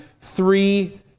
three